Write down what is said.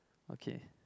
okay